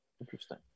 Interesting